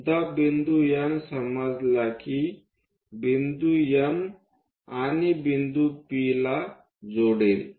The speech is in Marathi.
एकदा बिंदू N समजाला कि बिंदू N आणि बिंदू Pला जोडेल